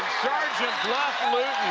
sergeant bluff-luton